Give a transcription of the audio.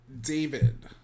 David